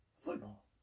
football